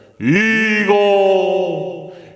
Eagle